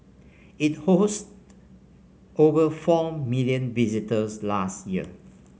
it hosted over four million visitors last year